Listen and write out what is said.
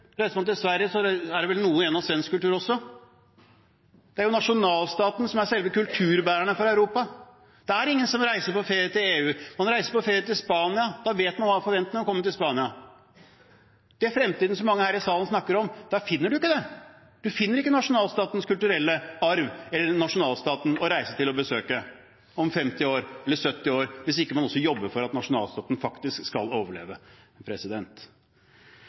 Reiser man til Sverige, er det vel noe igjen av svensk kultur også. Det er jo nasjonalstatene som er selve kulturbærerne for Europa. Det er ingen som reiser på ferie til EU – man reiser på ferie til Spania, og man vet hva man kan forvente når man kommer til Spania. I den fremtiden som mange her i salen snakker om, der finner man ikke det, man finner ikke nasjonalstatens kulturelle arv eller nasjonalstaten å reise til og besøke – om 50 år, eller om 70 år – hvis man ikke også jobber for at nasjonalstaten faktisk skal overleve.